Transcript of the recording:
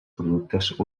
productes